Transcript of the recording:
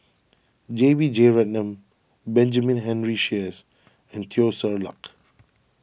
J B Jeyaretnam Benjamin Henry Sheares and Teo Ser Luck